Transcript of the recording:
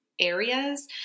areas